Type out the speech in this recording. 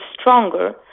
stronger